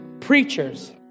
preachers